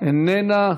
איננה,